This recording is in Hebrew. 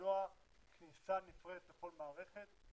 ולמנוע כניסה נפרדת לכל מערכת.